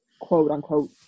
quote-unquote